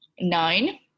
nine